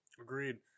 Agreed